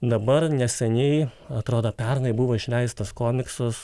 dabar neseniai atroda pernai buvo išleistas komiksas